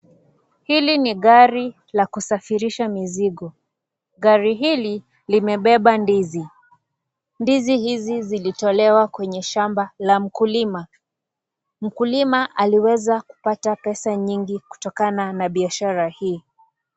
Hili ni gari la kusafirisha mizigo, gari hili limebeba ndizi, ndizi hizi zilitolewa kwenye shamba la mkulima, mkulima aliweza kupata pesa nyingi kutokana na biashara hii.